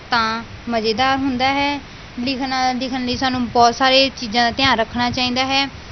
ਤਾਂ ਮਜ਼ੇਦਾਰ ਹੁੰਦਾ ਹੈ ਲਿਖਣਾ ਲਿਖਣ ਲਈ ਸਾਨੂੰ ਬਹੁਤ ਸਾਰੀਆਂ ਚੀਜ਼ਾਂ ਦਾ ਧਿਆਨ ਰੱਖਣਾ ਚਾਹੀਦਾ ਹੈ